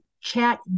chat